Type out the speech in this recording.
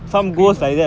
scream ah